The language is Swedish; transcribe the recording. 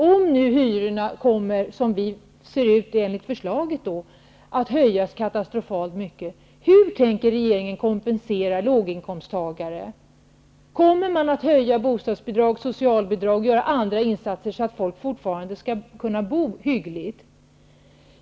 Om nu hyrorna kommer att höjas katastrofalt mycket, som det ser ut i förslaget, hur tänker regeringen kompensera låginkomsttagarna? Kommer man att höja bostadsbidraget, socialbidraget och göra andra insatser så att folk fortfarande kan bo hyggligt?